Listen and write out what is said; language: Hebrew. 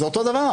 זה אותו דבר.